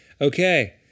Okay